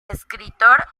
escritor